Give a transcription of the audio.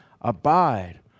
abide